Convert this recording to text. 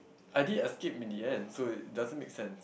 I did escape in the end so it doesn't make sense